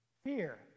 Fear